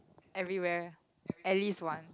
everywhere at least once